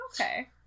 Okay